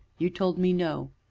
you told me, no,